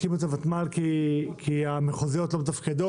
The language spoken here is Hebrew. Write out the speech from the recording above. הקימו את הוותמ"ל כי המחוזיות לא מתפקדות.